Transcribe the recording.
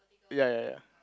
ya ya ya